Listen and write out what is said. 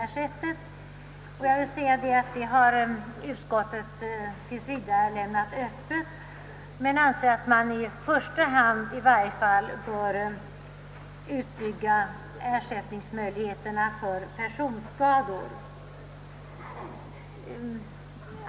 Utskottet har tills vidare lämnat den frågan öppen och ansett att man i varje fall i första hand bör utbygga ersättningsmöjligheterna för personskador.